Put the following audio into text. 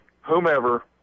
whomever